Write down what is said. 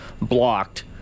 blocked